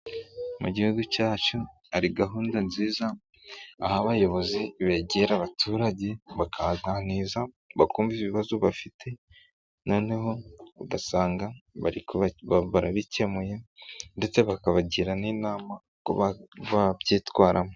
Mu gihugu cyacu hari gahunda nziza aho abayobozi begera abaturage bakaganiza bakumva ibibazo bafite, noneho ugasanga bari barabikemuye ndetse bakabagira n'inama uko babyitwaramo.